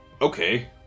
Okay